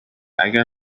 اگه